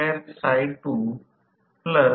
इथे S 0 आहे